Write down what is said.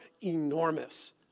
enormous